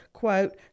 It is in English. quote